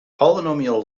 polynomial